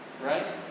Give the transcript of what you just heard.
Right